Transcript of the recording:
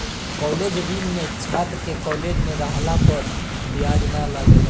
college ऋण में छात्र के कॉलेज में रहला पर ब्याज ना लागेला